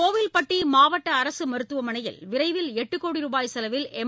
கோவில்பட்டி மாவட்டஅரசுமருத்துவமனையில் விரைவில் எட்டுகோடி ரூபாய் செலவில் எம்